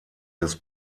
des